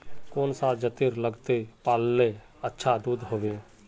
कौन सा जतेर लगते पाल्ले अच्छा दूध होवे?